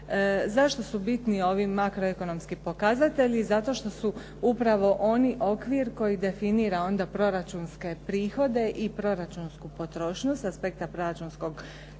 Zašto su bitni ovi makroekonomski pokazatelji? Zato što su oni upravo okvir koji definira onda proračunske prihode i proračunsku potrošnju sa aspekta proračunskih prihoda